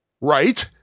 Right